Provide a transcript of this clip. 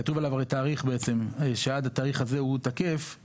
כתוב עליו תאריך שעד התאריך הזה הוא תקף,